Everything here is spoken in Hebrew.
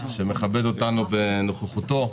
שמכבד אותנו בנוכחותו.